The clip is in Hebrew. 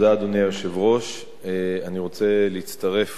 אדוני היושב-ראש, תודה, אני רוצה להצטרף